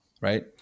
right